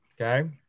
okay